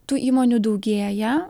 tų įmonių daugėja